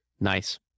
Nice